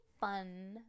fun